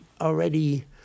already